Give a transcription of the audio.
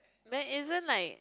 there isn't like